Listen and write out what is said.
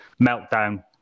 meltdown